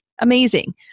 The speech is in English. amazing